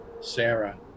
Sarah